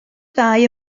ddau